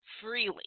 freely